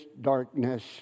darkness